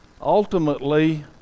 ultimately